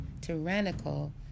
tyrannical